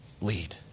lead